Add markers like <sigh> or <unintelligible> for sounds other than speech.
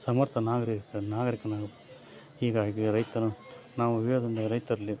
ಸಮರ್ಥ ನಾಗರೀಕ ನಾಗರೀಕನಾಗಬೇಕು ಹೀಗಾಗಿ ರೈತನೂ ನಾವು <unintelligible> ರೈತರಲ್ಲಿ